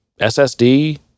SSD